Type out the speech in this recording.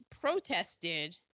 protested